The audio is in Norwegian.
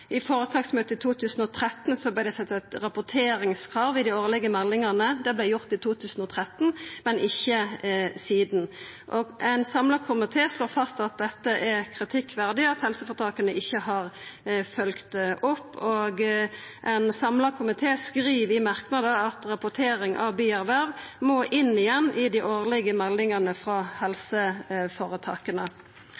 I føretaksmøtet i 2013 vart det sett eit rapporteringskrav i dei årlege meldingane. Det vart gjort i 2013, men ikkje sidan. Ein samla komité slår fast at det er kritikkverdig at helseføretaka ikkje har følgt det opp, og ein samla komité skriv i ein merknad at rapportering av bierverv må inn igjen i dei årlege meldingane frå